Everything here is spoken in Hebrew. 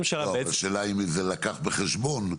השאלה האם ההעברה נלקחה בחשבון,